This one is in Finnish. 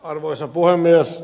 arvoisa puhemies